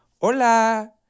Hola